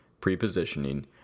pre-positioning